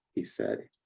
he said.